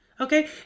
Okay